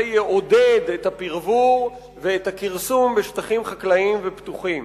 זה יעודד את הפרוֻור ואת הכרסום בשטחים חקלאיים ופתוחים.